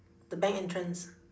the bank entrance